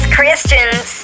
Christians